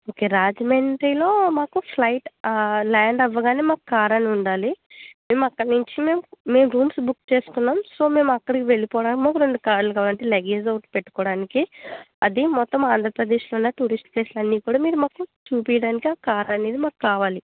okay రాజమండ్రిలో మాకు flight land అవ్వగానే మాకు కార్ అని ఉండాలి మేము అక్కడ నుంచి మేమ్ మేము రూమ్స్ బుక్ చేసుకున్నాం సో మేము అక్కడికి వెళ్ళిపోవడానికి మాకు రెండు కార్లు కావాలి అంటే లగేజ్ ఒకటి పెట్టుకోవడానికి అది మొత్తం ఆంధ్రప్రదేశ్లో ఉన్న టూరిస్ట్ ప్లేస్లన్నీ కూడా మీరు మాకు చూపించడానికి కార్ అనేది మాకు కావాలి